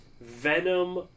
Venom